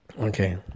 Okay